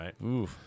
right